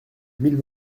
mille